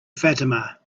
fatima